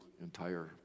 entire